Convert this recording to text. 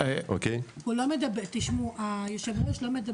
אוקי, אז בוא תדבר ואת תתרגמי אותו.